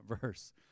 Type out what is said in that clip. verse